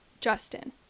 Justin